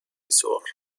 سرخ